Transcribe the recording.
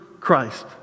Christ